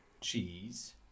cheese